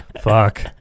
Fuck